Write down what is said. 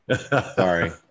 Sorry